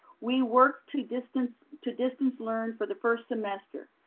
we work to distance to distance learn for the first semester.